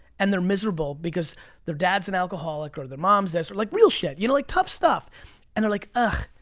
and they're miserable because their dad's an alcoholic or their mom's this, or like real shit, you know? like tough stuff. and they're like, ah